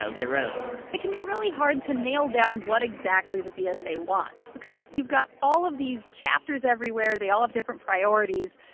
so get rid of it it can be really hard to nail down what exactly the dsa wants because you've got all of these chapters everywhere. they all have different priorities.